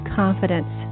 confidence